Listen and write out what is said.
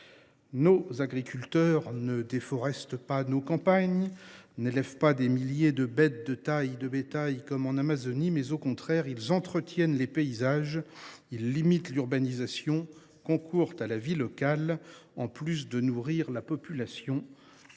Nos agriculteurs ne déforestent pas nos campagnes ; ils n’élèvent pas des milliers de têtes de bétail, comme en Amazonie. Au contraire, ils entretiennent les paysages, limitent l’urbanisation et concourent à la vie locale, en plus de nourrir la population.